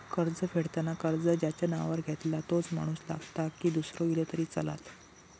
कर्ज फेडताना कर्ज ज्याच्या नावावर घेतला तोच माणूस लागता की दूसरो इलो तरी चलात?